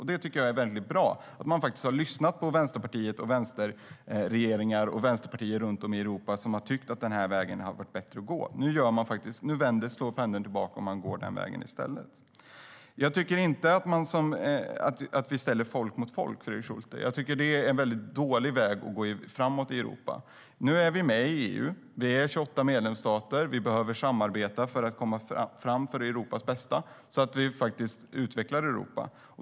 Jag tycker att det är mycket bra att man lyssnat på Vänsterpartiet och på vänsterregeringar och andra vänsterpartier runt om i Europa som tyckt att den vägen hade varit bättre att gå. Nu slår pendeln tillbaka och man går den vägen. Jag tycker inte att vi ställer folk mot folk, Fredrik Schulte. Det är en dålig väg framåt för Europa. Nu är vi med i EU. Vi är 28 medlemsstater. För Europas bästa behöver vi samarbeta för att komma framåt och utveckla Europa.